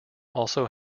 also